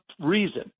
reason